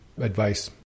advice